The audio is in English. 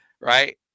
right